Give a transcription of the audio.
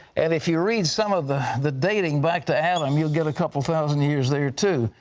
and if you read some of the the dating back to adam you'll get a couple thousand years there, too.